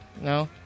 No